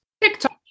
TikTok